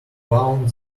bound